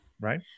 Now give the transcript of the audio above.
right